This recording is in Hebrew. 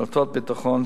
דלתות ביטחון,